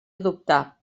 adoptar